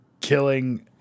killing